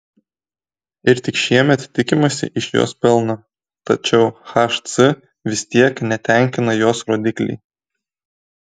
ir tik šiemet tikimasi iš jos pelno tačiau hc vis tiek netenkina jos rodikliai